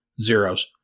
zeros